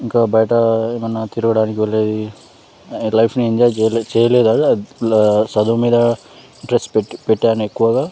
ఇంకా బయట ఏమన్నా తిరగడానికి వెళ్లే లైఫ్ని ఎంజాయ్ చేయలేదు గానీ చదువు మీద స్ట్రెస్ పెట్టి పెట్టాను ఎక్కువగా